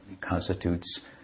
constitutes